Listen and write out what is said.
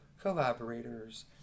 collaborators